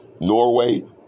Norway